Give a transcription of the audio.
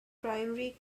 primary